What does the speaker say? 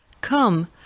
Come